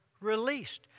released